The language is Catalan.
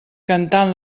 cantant